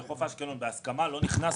וחוף אשקלון בהסכמה לא נכנס,